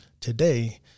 Today